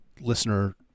listener